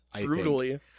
Brutally